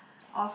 of